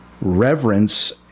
reverence